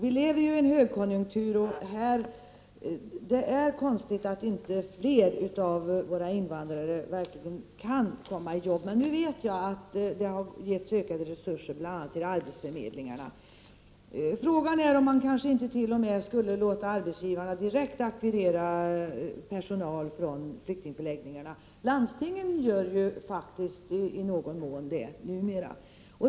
Vi lever i en högkonjunktur, och det är konstigt att inte fler av invandrarna verkligen får börja arbeta. Jag vet att det nu har getts ökade resurser till bl.a. arbetsförmedlingarna. Frågan är om man t.o.m. skulle låta arbetsgivarna ackvirera personal direkt från flyktingförläggningarna. Landstingen gör det i någon mån numera.